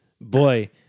boy